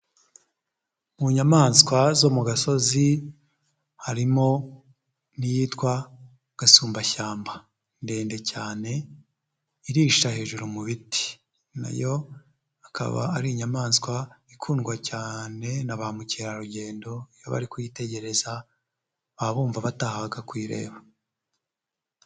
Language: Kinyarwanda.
Mu nyamaswa zo mu gasozi harimo n'iyitwa gasumbashyamba ndende cyane irisha hejuru mu biti, na yo akaba ari inyamaswa ikundwa cyane na ba mukerarugendo iyo bari kuyitegereza baba bumva batahaga kuyireba.